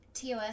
TOS